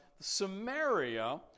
Samaria